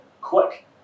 Quick